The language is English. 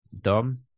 Dom